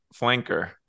flanker